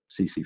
CC